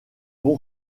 bon